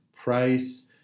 price